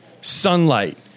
sunlight